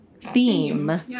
theme